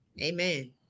Amen